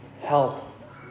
help